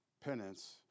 penance